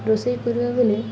ରୋଷେଇ କରିବା ବେଲେ